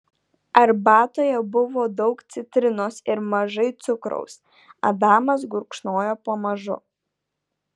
arbatoje buvo daug citrinos ir mažai cukraus adamas gurkšnojo pamažu